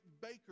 baker